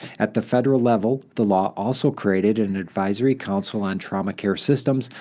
at the federal level, the law also created an advisory council on trauma care systems,